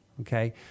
Okay